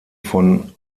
von